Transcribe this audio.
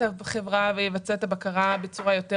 החברה ויבצע את הבקרה בצורה טובה יותר.